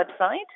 website